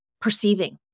perceiving